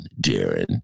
Darren